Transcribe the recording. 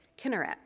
Kinneret